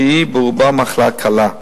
שברוב המקרים היא מחלה קלה.